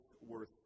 Worth